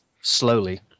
slowly